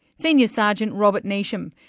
senior sergeant robert neesham.